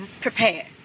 prepare